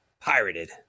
pirated